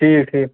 ٹھیٖک ٹھیٖک